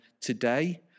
today